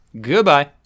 Goodbye